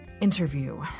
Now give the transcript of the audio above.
Interview